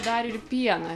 dar ir pieną